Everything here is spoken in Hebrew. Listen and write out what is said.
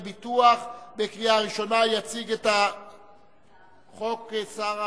עברה בקריאה ראשונה, ותעבור להכנתה לקריאה שנייה